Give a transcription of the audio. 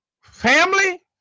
Family